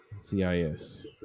CIS